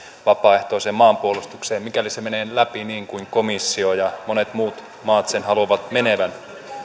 vapaaehtoiseen maanpuolustukseen mikäli se menee läpi niin kuin komissio ja monet muut maat sen haluavat menevän